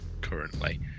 currently